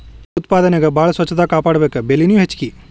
ಹುಳು ಉತ್ಪಾದನೆಗೆ ಬಾಳ ಸ್ವಚ್ಚತಾ ಕಾಪಾಡಬೇಕ, ಬೆಲಿನು ಹೆಚಗಿ